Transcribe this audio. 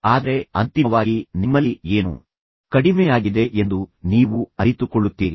ಆದರೆ ಅಂತಿಮವಾಗಿ ನಿಮ್ಮಲ್ಲಿ ಏನೋ ಕಡಿಮೆಯಾಗಿದೆ ಎಂದು ನೀವು ಅರಿತುಕೊಳ್ಳುತ್ತೀರಿ